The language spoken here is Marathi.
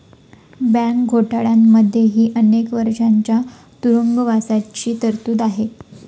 बँक घोटाळ्यांमध्येही अनेक वर्षांच्या तुरुंगवासाची तरतूद आहे